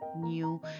new